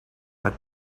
had